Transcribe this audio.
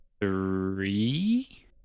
three